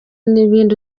n’ibindi